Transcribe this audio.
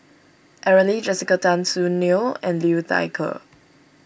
Aaron Lee Jessica Tan Soon Neo and Liu Thai Ker